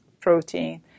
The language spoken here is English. protein